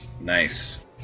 Nice